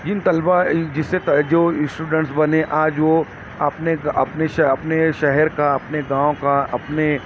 جن طلبا جسے جو اسٹوڈینٹ بنے آج وہ اپنے اپنے اپنے شہر کا اپنے گاؤں کا اپنے